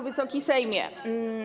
Wysoki Sejmie!